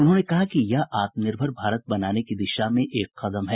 उन्होंने कहा कि यह आत्मनिर्भर भारत बनाने की दिशा में एक कदम है